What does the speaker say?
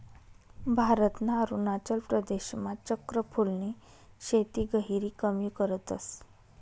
भारतना अरुणाचल प्रदेशमा चक्र फूलनी शेती गहिरी कमी करतस